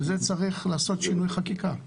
לזה צריך לעשות שינוי חקיקה.